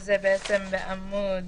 זה בעמוד